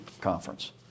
Conference